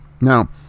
Now